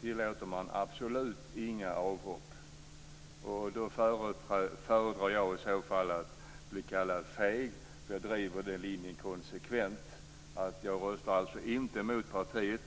tillåter man absolut inga avhopp. Då föredrar jag i så fall att bli kallad feg, men jag driver den linjen konsekvent. Jag röstar alltså inte mot partiet.